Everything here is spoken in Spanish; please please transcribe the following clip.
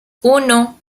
uno